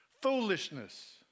Foolishness